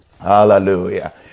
Hallelujah